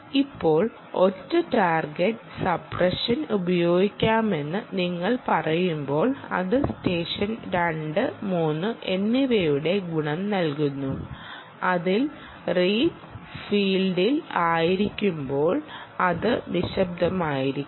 ഇപ്പോൾ ഒറ്റ target suppression ഉപയോഗിക്കാമെന്ന് നിങ്ങൾ പറയുമ്പോൾ അത് സ്റ്റേഷൻ 2 3 എന്നിവയുടെ ഗുണം നൽകുന്നു അതിൽ റീഡ് ഫീൽഡിൽ ആയിരിക്കുമ്പോൾ അത് നിശബ്ദമായിരിക്കും